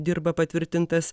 dirba patvirtintas